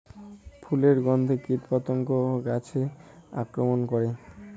ফুলের গণ্ধে কীটপতঙ্গ গাছে আক্রমণ করে?